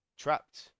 Trapped